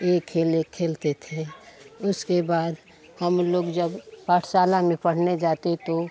यह खेले खेलते थे उसके बाद हम लोग जब पाठशाला में पढ़ने जाते तो